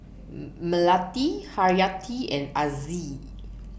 Melati Haryati and Aziz